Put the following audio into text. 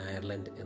Ireland